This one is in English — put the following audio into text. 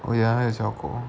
oh ya 小狗